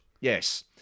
Yes